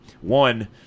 One